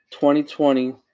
2020